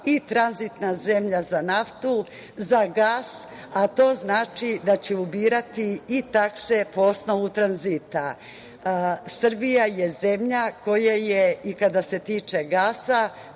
i tranzitna zemlja za naftu, za gas, a to znači da će ubirati i takse po osnovu tranzita. Srbija je zemlja koja je i kada se tiče gasa